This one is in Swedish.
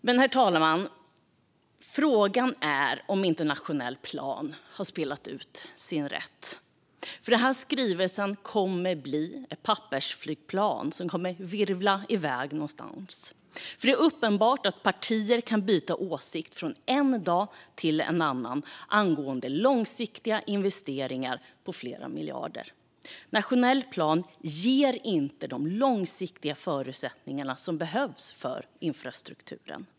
Men, herr talman, frågan är om inte nationell plan har spelat ut sin roll. Den här skrivelsen kommer att bli ett pappersflygplan som kommer att virvla iväg någonstans. Det är uppenbart att partier kan byta åsikt från en dag till en annan angående långsiktiga investeringar på flera miljarder. Nationell plan ger inte de långsiktiga förutsättningar som behövs för infrastrukturen.